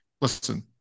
Listen